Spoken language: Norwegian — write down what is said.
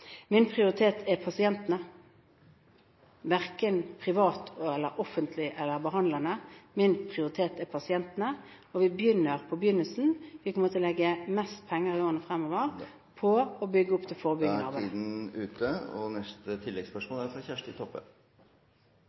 Min prioritet er pasientene, verken private eller offentlige aktører, behandlerne – min prioritet er pasientene. Vi begynner på begynnelsen. Vi kommer til å legge mest penger i årene fremover på å bygge opp det forebyggende arbeidet. Kjersti Toppe – til oppfølgingsspørsmål. Det som er